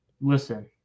Listen